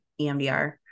EMDR